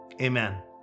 amen